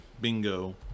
Bingo